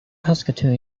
saskatoon